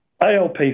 ALP